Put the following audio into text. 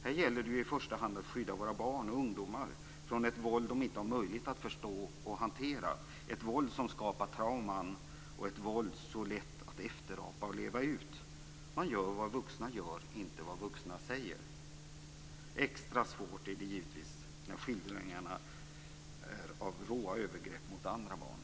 Här gäller det att i första hand skydda våra barn och ungdomar från ett våld de inte har möjlighet att förstå och hantera, ett våld som skapar trauman, ett våld så lätt att efterapa och leva ut. Man gör vad vuxna gör, inte vad vuxna säger. Det är givetvis extra svårt när det är fråga om skildringar av råa övergrepp mot andra barn.